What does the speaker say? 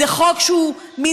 זה חוק שזוחל